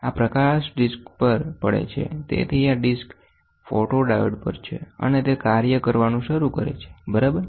આ પ્રકાશ ડિસ્ક પર પડે છે તેથી આ ડિસ્ક ફોટોડાયોડ પર છે અને તે કાર્ય કરવાનું શરૂ કરે છે બરાબર